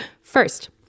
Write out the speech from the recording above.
First